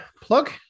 plug